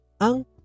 ang